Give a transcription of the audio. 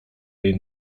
jej